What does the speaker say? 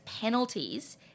penalties